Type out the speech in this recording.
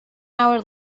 hour